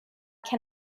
can